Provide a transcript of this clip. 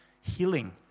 healing